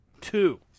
two